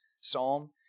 psalm